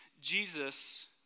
Jesus